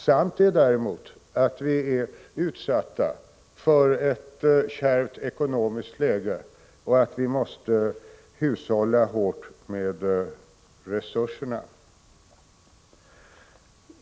Sant är däremot att vi är utsatta för ett kärvt ekonomiskt läge och att vi måste hushålla hårt med resurserna.